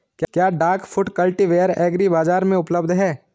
क्या duck foot cultivator agri बाज़ार में उपलब्ध है?